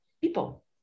people